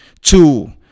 two